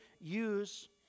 use